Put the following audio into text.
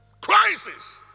crisis